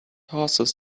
horses